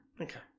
Okay